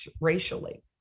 racially